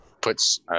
puts